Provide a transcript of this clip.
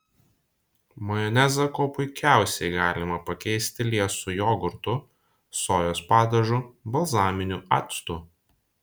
majonezą kuo puikiausiai galima pakeisti liesu jogurtu sojos padažu balzaminiu actu